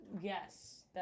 Yes